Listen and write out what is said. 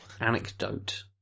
anecdote